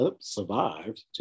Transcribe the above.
survived